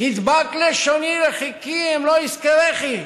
תדבק לשוני לחיכי אם לא אזכרכי",